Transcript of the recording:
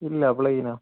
ഇല്ല പ്ലെയിനാണ്